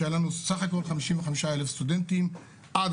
שהיה לנו סך הכול 55,000 סטודנטים עד